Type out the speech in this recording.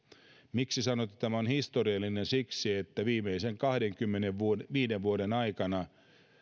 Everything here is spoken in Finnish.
miksi sanon että tämä on historiallinen siksi että viimeisen kahdenkymmenenviiden vuoden aikana